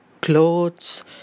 clothes